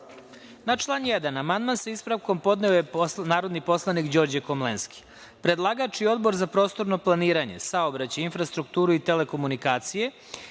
član 1. amandman, sa ispravkom, podneo je narodni poslanik Đorđe Komlenski. Predlagač i Odbor za prostorno planiranje, saobraćaj, infrastrukturu i telekomunikacije,